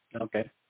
Okay